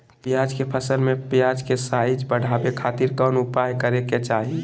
प्याज के फसल में प्याज के साइज बढ़ावे खातिर कौन उपाय करे के चाही?